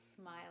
smile